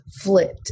flipped